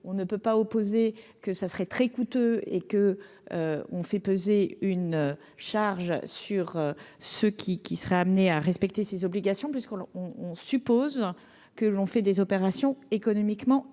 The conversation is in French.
on ne peut pas opposer que ça serait très coûteux et que on fait peser une charge sur ce qui qui seraient amenés à respecter ses obligations puisqu'on on on suppose que l'on fait des opérations économiquement équilibré